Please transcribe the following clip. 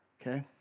Okay